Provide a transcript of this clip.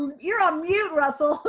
you're on mute, russell.